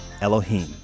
Elohim